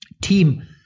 team